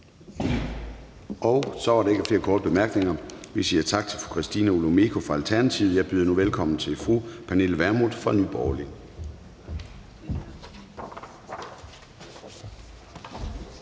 Så er der ikke flere korte bemærkninger. Vi siger tak til fru Christina Olumeko fra Alternativet. Jeg byder nu velkommen til fru Pernille Vermund fra Nye Borgerlige.